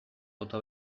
bota